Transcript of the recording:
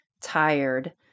tired